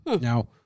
Now